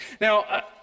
Now